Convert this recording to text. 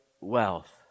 wealth